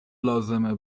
لازمه